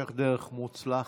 המשך דרך מוצלחת.